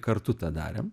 kartu tą darėm